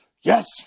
Yes